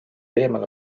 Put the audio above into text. eemale